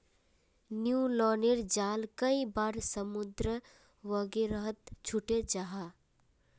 न्य्लोनेर जाल कई बार समुद्र वगैरहत छूटे जाह